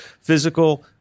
physical